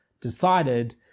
decided